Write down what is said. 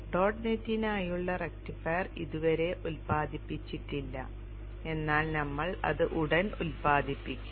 dot നെറ്റിനായുള്ള rectifier ഇതുവരെ ഉത്പാദിപ്പിച്ചിട്ടില്ല എന്നാൽ നമ്മൾ അത് ഉടൻ ഉത്പാദിപ്പിക്കും